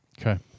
Okay